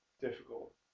Difficult